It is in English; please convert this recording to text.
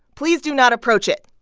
please do not approach it.